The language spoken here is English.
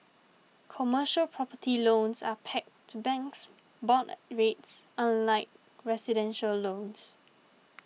commercial property loans are pegged to banks board rates unlike residential loans